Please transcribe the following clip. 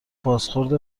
بازخورد